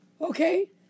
Okay